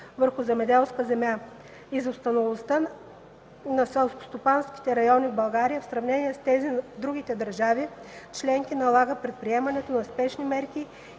върху земеделска земя. Изостаналостта на селскостопанските райони в България, в сравнение с тези в другите държави членки, налага предприемането на спешни мерки